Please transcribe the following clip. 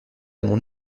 mon